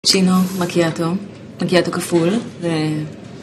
קריצ'ינו, מקיאטו, מקיאטו כפול, ו...